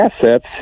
assets